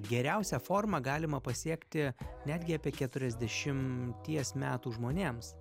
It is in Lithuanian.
geriausią formą galima pasiekti netgi apie keturiasdešimties metų žmonėms